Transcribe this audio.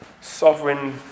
sovereign